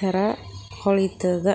ಥರಾ ಹೊಳಿತದ್